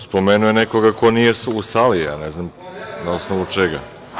Spomenuo je nekoga ko nije u sali, ja ne znam na osnovu čega.